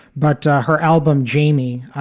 but her album, jamie,